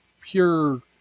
pure